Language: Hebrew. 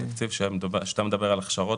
כשאתה מדבר על הכשרות,